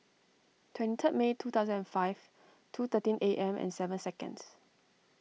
twenty third May two thousand and five two thirteen A M and seven seconds